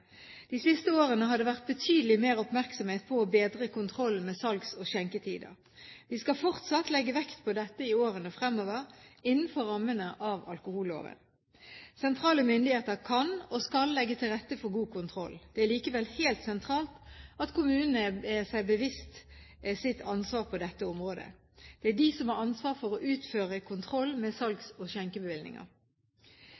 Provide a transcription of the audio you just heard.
De siste årene har det vært betydelig mer oppmerksomhet rundt å bedre kontrollen med salgs- og skjenketider. Vi skal fortsatt legge vekt på dette i årene fremover, innenfor rammene av alkoholloven. Sentrale myndigheter kan, og skal, legge til rette for god kontroll. Det er likevel helt sentralt at kommunene er seg bevisst sitt ansvar på dette området. Det er de som har ansvar for å utføre kontroll med